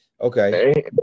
okay